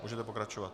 Můžete pokračovat.